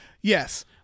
Yes